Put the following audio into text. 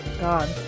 God